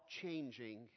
changing